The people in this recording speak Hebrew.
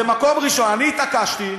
אני התעקשתי,